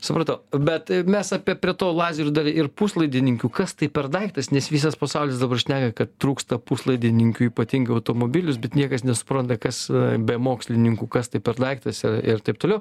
supratau bet mes apie prie to lazerių ir puslaidininkių kas tai per daiktas nes visas pasaulis dabar šneka kad trūksta puslaidininkių ypatingai automobilius bet niekas nesupranta kas be mokslininkų kas tai per daiktas ir taip toliau